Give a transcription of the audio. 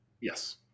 Yes